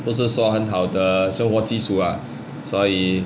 不是说很好的生活基础啊所以